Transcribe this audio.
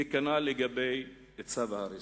וכנ"ל לגבי צו ההריסה.